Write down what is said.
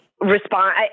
respond